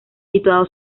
situado